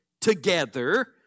together